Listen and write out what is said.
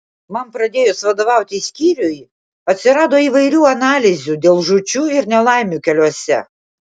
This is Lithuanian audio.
man pradėjus vadovauti skyriui atsirado įvairių analizių dėl žūčių ir nelaimių keliuose